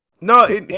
no